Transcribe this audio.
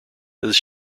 his